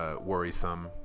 Worrisome